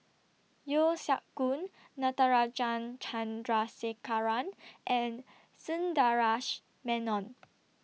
Yeo Siak Goon Natarajan Chandrasekaran and Sundaresh Menon